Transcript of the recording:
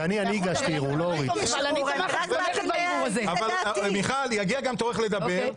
יגיע גם תורך לדבר,